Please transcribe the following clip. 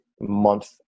month